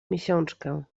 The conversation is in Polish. miesiączkę